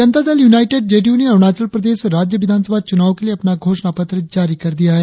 जनता Dal United JDU ने अरुणाचल प्रदेश राज्य विधानसभा चुनाव के लिए अपना घोषणा पत्र जारी कर दिया है